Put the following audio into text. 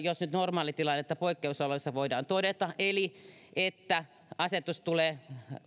jos nyt normaalitilannetta poikkeusoloissa voidaan todeta eli että asetus tulee